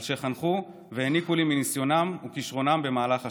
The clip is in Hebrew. שחנכו והעניקו לי מניסיונם וכישרונם במהלך השנים.